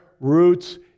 roots